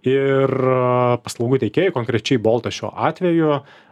ir paslaugų teikėjai konkrečiai boltas šiuo atveju